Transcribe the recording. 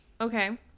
Okay